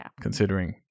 considering